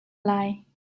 lai